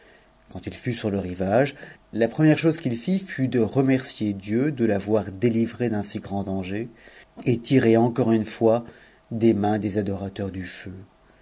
quand il fut sur le ge la première chose qu'il fit fut de remercier dieu de l'avoir eh'ré d'un si grand danger et tiré encore une fois des mains des ado'teurs du feu